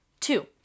Two